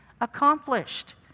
accomplished